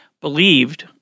believed